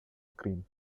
screen